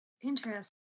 Interesting